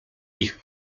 ich